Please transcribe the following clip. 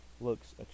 looks